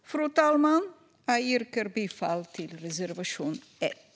Fru talman! Jag yrkar bifall till reservation 1.